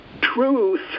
truth